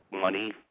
money